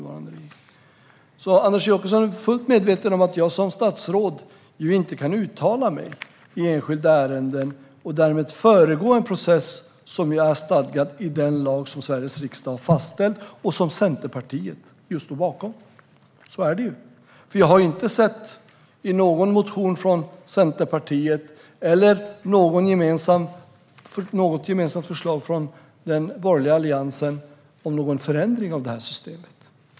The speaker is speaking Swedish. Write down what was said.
Anders Åkesson är fullt medveten om att jag som statsråd inte kan uttala mig i enskilda ärenden och därmed föregå en process som är stadgad i den lag som Sveriges riksdag har fastställt och som Centerpartiet står bakom. Så är det. För jag har inte sett någon motion från Centerpartiet eller något gemensamt förslag från den borgerliga alliansen om en förändring av systemet.